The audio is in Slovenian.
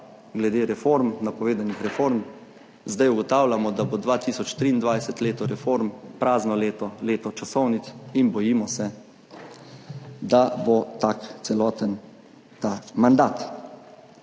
glede napovedanih reform zdaj ugotavljamo, da bo 2023 leto reform prazno leto, leto časovnic. In bojimo se, da bo tak celoten ta mandat.